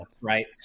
Right